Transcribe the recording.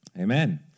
Amen